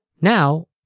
Now